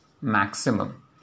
maximum